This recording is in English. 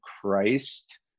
Christ